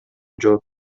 жооп